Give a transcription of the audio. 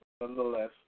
Nonetheless